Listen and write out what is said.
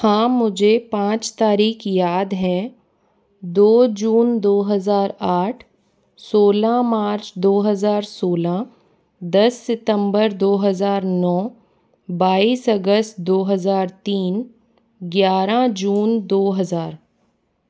हाँ मुझे पाँच तारीख याद है दो जून दो हज़ार आठ सोलह मार्च दो हज़ार सोलह दस सितंबर दो हज़ार नौ बाईस अगस्त दो हज़ार तीन ग्यारह जून दो हज़ार